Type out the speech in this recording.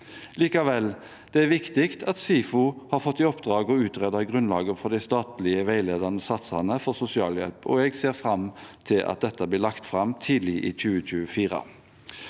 likevel viktig at SIFO har fått i oppdrag å utrede grunnlaget for de statlige veiledende satsene for sosialhjelp, og jeg ser fram til at dette blir lagt fram tidlig i 2024.